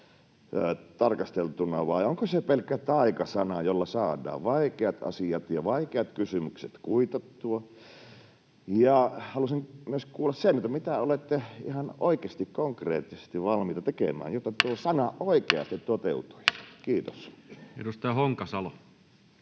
vai onko se pelkkä taikasana, jolla saadaan vaikeat asiat ja vaikeat kysymykset kuitattua? Ja haluaisin myös kuulla sen, mitä olette ihan oikeasti, konkreettisesti valmiita tekemään, jotta tuo sana oikeasti toteutuisi. — Kiitos. Edustaja Honkasalo.